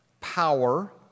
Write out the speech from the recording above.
power